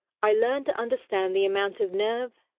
i learned to understand the amount of nerve,